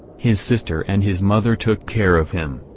his sister and his mother took care of him.